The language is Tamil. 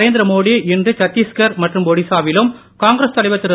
நரேந்திர மோடி இன்று சத்தீஸ்கர் மற்றும் ஒடிசாவிலும் காங்கிரஸ் தலைவர் திரு